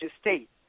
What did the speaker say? state